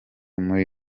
muri